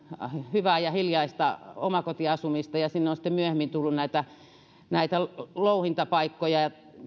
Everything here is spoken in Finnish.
hyvää ja hiljaista omakotiasumista ja sinne on sitten myöhemmin tullut näitä näitä louhintapaikkoja ja